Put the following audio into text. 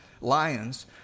lions